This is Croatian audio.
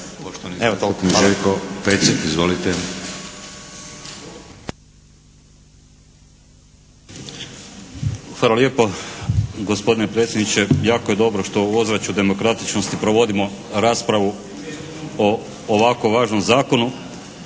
**Pecek, Željko (HSS)** Hvala lijepo gospodine predsjedniče. Jako je dobro što u ozračju demokratičnosti provodimo raspravu o ovako važnom zakonu.